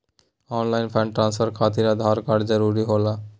Online fund transfer खातिर Aadhaar card जरूरी होला?